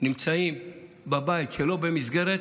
נמצאים בבית ולא במסגרת